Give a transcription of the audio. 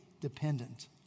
dependent